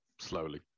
slowly